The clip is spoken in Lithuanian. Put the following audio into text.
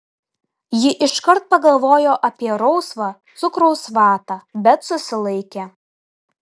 ji iškart pagalvojo apie rausvą cukraus vatą bet susilaikė